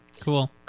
Cool